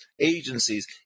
agencies